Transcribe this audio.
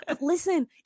Listen